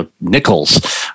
nickels